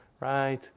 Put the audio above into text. right